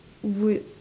would